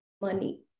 money